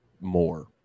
more